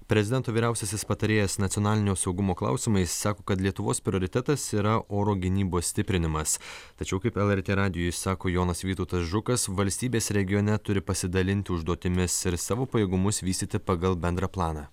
prezidento vyriausiasis patarėjas nacionalinio saugumo klausimais sako kad lietuvos prioritetas yra oro gynybos stiprinimas tačiau kaip lrt radijui sako jonas vytautas žukas valstybės regione turi pasidalinti užduotimis ir savo pajėgumus vystyti pagal bendrą planą